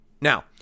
Now